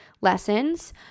lessons